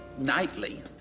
nightly.